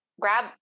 grab